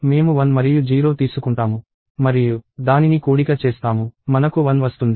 మేము 1 మరియు 0 తీసుకుంటాము మరియు దానిని కూడిక చేస్తాము మనకు 1 వస్తుంది